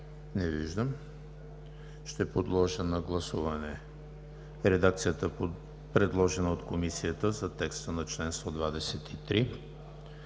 Не виждам. Ще подложа на гласуване редакцията, предложена от Комисията за текста на чл. 123,